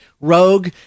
Rogue